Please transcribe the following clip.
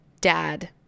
dad